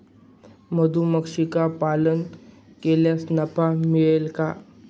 मधुमक्षिका पालन केल्यास नफा मिळेल का?